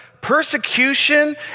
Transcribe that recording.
persecution